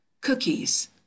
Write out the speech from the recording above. Cookies